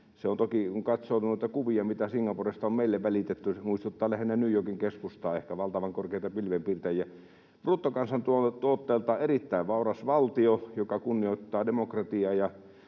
se toki, kun katsoo noita kuvia, mitä Singaporesta on meille välitetty, muistuttaa lähinnä ehkä New Yorkin keskustaa, valtavan korkeita pilvenpiirtäjiä. Bruttokansantuotteeltaan erittäin vauras valtio, joka kunnioittaa demokratiaa